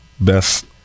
best